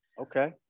Okay